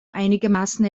einigermaßen